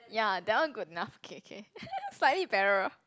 ya that one good enough okay okay slightly barrier